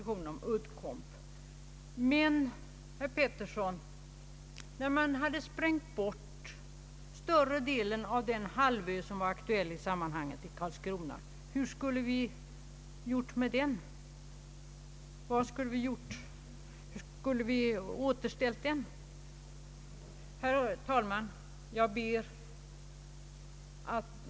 Men, herr Georg Pettersson, när man hade sprängt bort större delen av den halvö vid Karlskrona som var aktuell i sammanhanget, hur skulle vi ha återställt den? Herr talman!